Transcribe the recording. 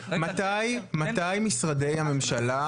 מתי משרדי הממשלה,